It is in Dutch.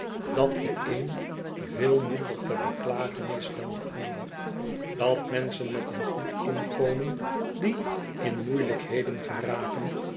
dat de een veel minder te beklagen is dan de ander dat menschen met een goedinkomen dieinmoeiehjkheden geraken